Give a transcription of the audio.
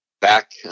back